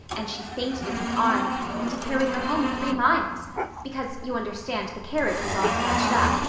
and she fainted in his arms and he carried her home three miles because, you understand, the carriage was all smashed up.